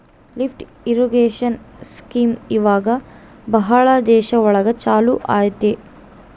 lift irrigation scheme ಇವಾಗ ಭಾಳ ದೇಶ ಒಳಗ ಚಾಲೂ ಅಯ್ತಿ